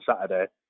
Saturday